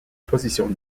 position